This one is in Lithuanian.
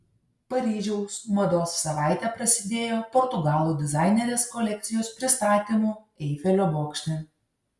paryžiaus mados savaitė prasidėjo portugalų dizainerės kolekcijos pristatymu eifelio bokšte